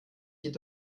geht